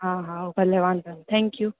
हा हा भले वांदो नाहे थैंक यू